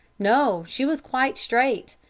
no she was quite straight.